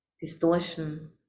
Distortion